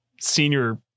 senior